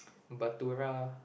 Bhatoora